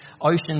oceans